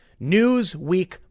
Newsweek